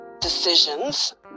decisions